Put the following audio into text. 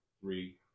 three